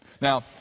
Now